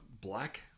black